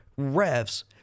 refs